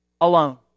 alone